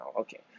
okay